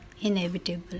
inevitable